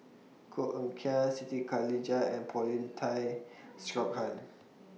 Koh Eng Kian Siti Khalijah and Paulin Tay Straughan